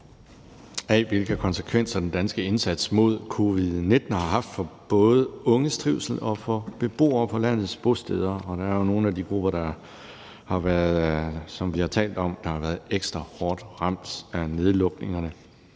af, hvilke konsekvenser den danske indsats mod covid-19 har haft både for unges trivsel og for beboere på landets bosteder. Det er jo nogle af de grupper, som vi har talt om har været ekstra hårdt ramt af nedlukningerne.